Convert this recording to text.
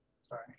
Sorry